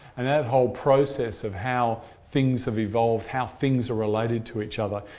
and that whole process of how things have evolved, how things are related to each other,